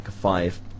five